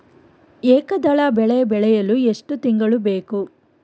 ಏಕದಳ ಬೆಳೆ ಬೆಳೆಯಲು ಎಷ್ಟು ತಿಂಗಳು ಬೇಕು?